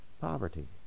poverty